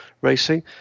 racing